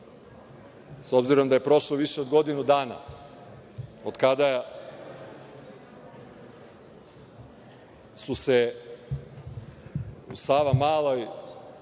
s obzirom da je prošlo više od godinu dana od kada su se u Savamaloj